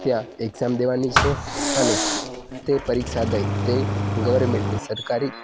ત્યાં એક્ઝામ દેવાની છે અને તે પરીક્ષા દઈ તે ગવર્મેન્ટની સરકારી